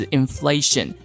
inflation